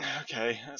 Okay